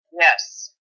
Yes